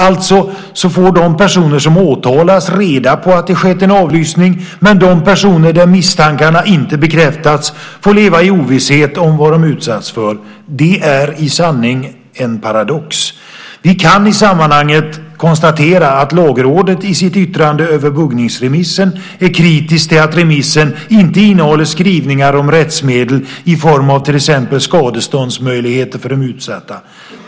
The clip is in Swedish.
Alltså får de personer som åtalas reda på att det skett en avlyssning, men de personer där misstankarna inte bekräftats får leva i ovisshet om vad de utsatts för. Det är i sanning en paradox. Vi kan i sammanhanget konstatera att Lagrådet i sitt yttrande över buggningsremissen är kritisk till att remissen inte innehåller skrivningar om rättsmedel i form av till exempel skadeståndsmöjligheter för de utsatta.